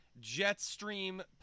Jetstream